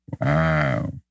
Wow